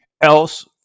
Else